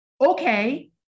Okay